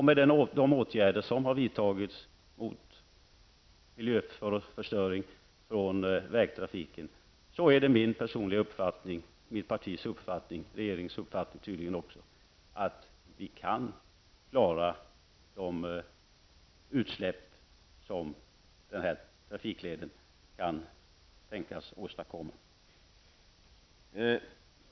Med de åtgärder som har vidtagits mot miljöförstöring från vägtrafiken är det min personliga uppfattning, mitt partis uppfattning och tydligen också regeringens uppfattning att vi kan klara de utsläpp som denna trafikled kan tänkas åstadkomma.